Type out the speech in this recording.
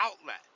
outlet